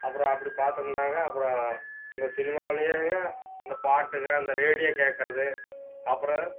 அப்புறம் அப்படி பாத்தோமுன்னாங்க அப்புறம் இந்த சினிமாவுலேயேங்க இந்த பாட்டுகள் அந்த ரேடியோ கேக்கிறது அப்புறம்